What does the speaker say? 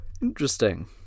Interesting